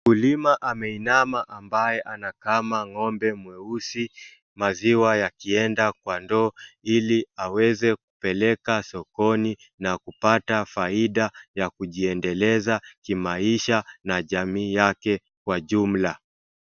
Mkulima ameinama ambaye anakama ngo'mbe mweusi, maziwa yakienda kwa ndoo, ili aweze kupeleka sokoni na kupata faida ya kujiendeleza kimaisha na jamii yake kwa jumla.